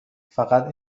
فقط